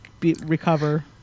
recover